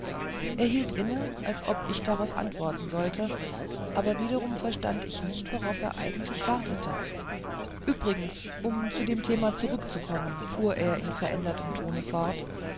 er hielt inne als ob ich darauf antworten sollte aber wiederum verstand ich nicht worauf er eigentlich wartete übrigens um zu dem thema zurückzukommen fuhr er in verändertem tone fort